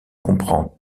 comprend